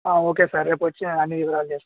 okay sir రేపు వచ్చి అన్ని వివరాలు తెలుసుకుంటాను